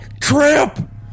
tramp